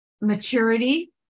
maturity